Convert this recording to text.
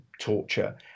torture